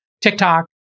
TikTok